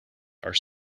are